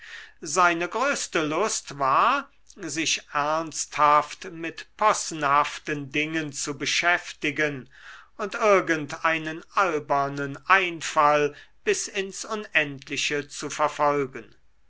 seine größte lust war sich ernsthaft mit possenhaften dingen zu beschäftigen und irgend einen albernen einfall bis ins unendliche zu verfolgen